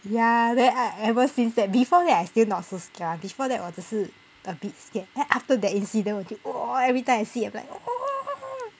ya then I ever since that before that I still not so scared ah before that 我只是 a bit scared after that incident !whoa! every time I see a black o~